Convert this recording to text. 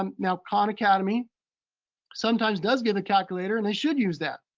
um now khan academy sometimes does give a calculator, and they should use that,